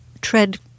tread